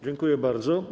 Dziękuję bardzo.